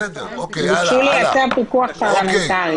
ביקשו לייצר פיקוח פרלמנטרי.